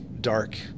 Dark